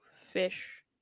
fish